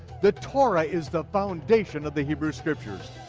the torah is the foundation of the hebrew scriptures,